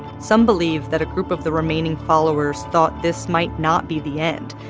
some believe that a group of the remaining followers thought this might not be the end,